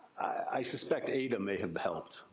i suspect ada may have helped,